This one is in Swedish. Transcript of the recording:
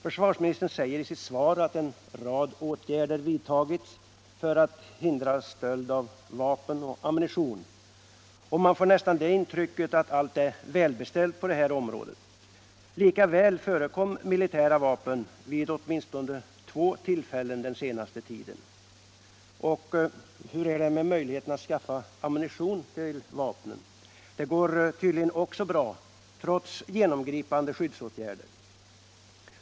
Försvarsministern säger i sitt svar att en rad åtgärder vidtagits för att hindra stöld av vapen och ammunition, och man får nästan det intrycket att allt är välbeställt på det här området. Likväl har militära vapen förekommit vid åtminstone två tillfällen den senaste tiden. Och hur är det med möjligheten att skaffa ammunition till vapnen? Det går tydligen också bra, trots genomgripande skyddsåtgärder.